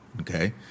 Okay